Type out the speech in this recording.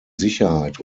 sicherheit